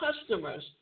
customers